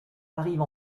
arrive